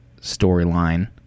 storyline